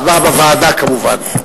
הצבעה בוועדה, כמובן.